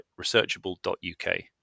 researchable.uk